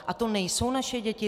A to nejsou naše děti?